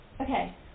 Okay